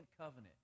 covenant